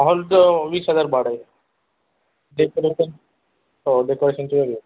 हॉलचं वीस हजार भाडं आहे डेकोरेशन हो डेकोरेशनची वेगळं